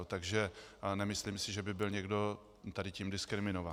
Takže nemyslím si, že by byl někdo tady tímto diskriminován.